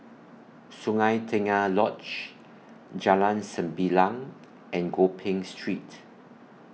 Sungei Tengah Lodge Jalan Sembilang and Gopeng Street